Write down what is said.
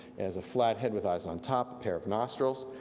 as a flathead with eyes on top, pair of nostrils,